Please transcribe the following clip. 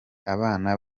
abana